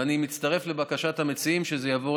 ואני מצטרף לבקשת המציעים שזה יעבור